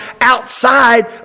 outside